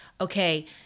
okay